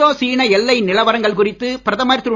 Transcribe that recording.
இந்தோ சீன எல்லை நிலவரங்கள் குறித்து பிரதமர் திரு